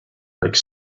like